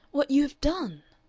what you have done.